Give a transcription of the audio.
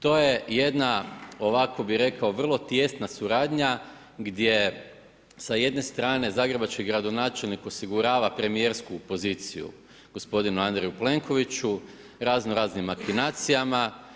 To je jedna, ovako bi rekao, vrlo tijesna suradnja, gdje sa jedne strane zagrebački gradonačelnik osigurava promjersku poziciju g. Andreju Plenkoviću, razno raznim avijacijama.